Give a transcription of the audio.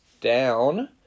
down